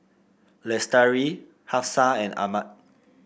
Lestari Hafsa and Ahmad